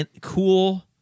cool